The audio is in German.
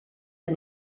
der